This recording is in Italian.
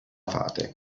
fate